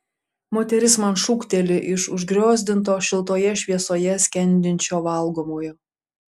moteris man šūkteli iš užgriozdinto šiltoje šviesoje skendinčio valgomojo